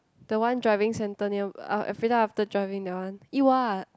the one driving centre near uh everytime after driving that one eat what